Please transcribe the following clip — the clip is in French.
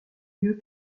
lieu